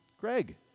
Greg